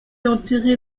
enterrée